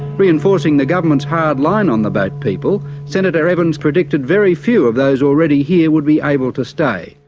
reinforcing the government's hard line on the boat people, senator evans predicted very few of those already here would be able to stay.